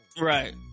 Right